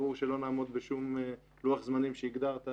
ברור שלא נעמוד בשום לוח זמנים שהגדרת,